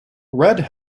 red